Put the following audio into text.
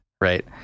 right